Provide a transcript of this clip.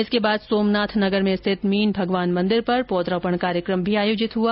इसके बाद सोमनाथ नगर में स्थित मीन भगवान मंदिर पर पौधारोपण कार्यक्रम भी आयोजित हुआ